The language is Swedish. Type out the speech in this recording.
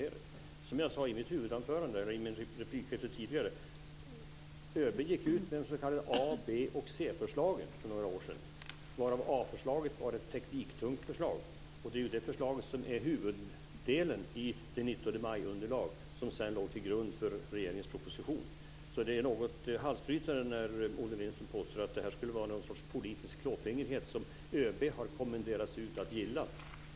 Som jag sade tidigare i mitt huvudanförande och även i tidigare replikskifte gick ÖB för några år sedan ut med de s.k. A-, B och C-förslagen. A-förslaget var ett tekniktungt förslag och det är ju det förslaget som är huvuddelen i underlaget från den 19 maj som sedan låg till grund för regeringens proposition. Det är alltså något halsbrytande när Olle Lindström påstår att det skulle vara en sorts politisk klåfingrighet som ÖB kommenderats ut att gilla.